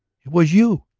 it was you!